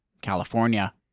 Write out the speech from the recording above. California